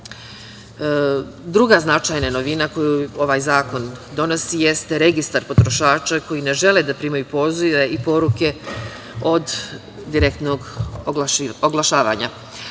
značajna novina koju ovaj zakon donosi jeste registar potrošača koji ne žele da primaju pozive i poruke od direktnog oglašavanja.